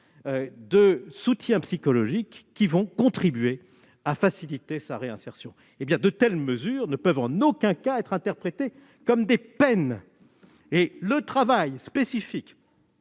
soutien psychologique ... -pour faciliter sa réinsertion. De telles mesures ne peuvent en aucun cas être interprétées comme des peines. Le travail spécifique